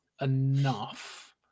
enough